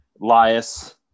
Lias